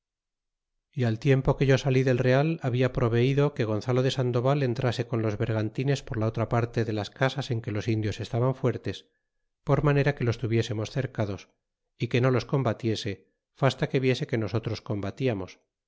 e al tiempo que yo sali del realhabia provenido que gon zalo de sandoval entrase con los bergantines por la otra parte de las casas en que los indios estaban fuertes por manera que los tuviesemos cercados y que no los combatiese fasta que viese que nosotros combatiamos